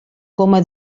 coma